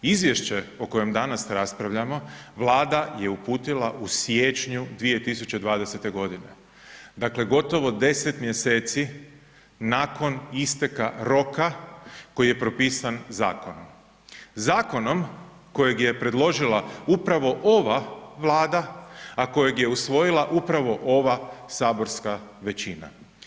Izvješće o kojem danas raspravljamo, Vlada je uputila u siječnju 2020. g., dakle gotovo 10 mj. nakon isteka roka koji je propisan zakonom, zakonom kojeg je predložila upravo ova Vlada a kojeg je usvojila upravo ova saborska većina.